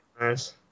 nice